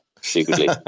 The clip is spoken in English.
secretly